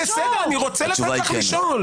התשובה היא כן.